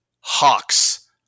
Hawks